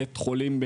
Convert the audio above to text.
בית חולים,